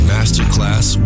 Masterclass